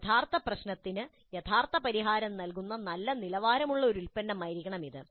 യഥാർത്ഥ പ്രശ്നത്തിന് യഥാർത്ഥ പരിഹാരം നൽകുന്ന നല്ല നിലവാരമുള്ള ഒരു ഉൽപ്പന്നമായിരിക്കണം ഇത്